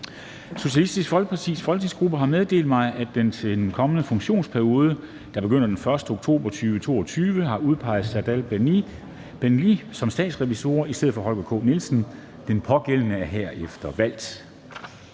Socialistisk Folkepartis folketingsgruppe har meddelt mig, at den til den kommende funktionsperiode, der begynder den 1. oktober 2022, har udpeget Serdal Benli som statsrevisor i stedet for Holger K. Nielsen. Den pågældende er herefter valgt.